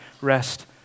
rest